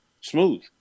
smooth